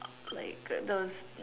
like uh those